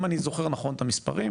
אם אני זוכר נכון את המספרים,